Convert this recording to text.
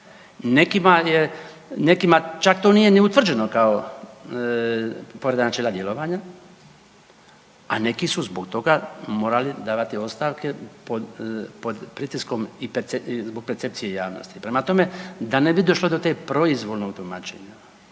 Nekima čak to nije ni utvrđeno kao povreda načela djelovanja, a neki su zbog toga morali davati ostavke pod pritiskom i zbog percepcije javnosti. Prema tome, da ne bi došlo do tog proizvoljnog tumačenja